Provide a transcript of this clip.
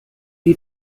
die